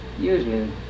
usually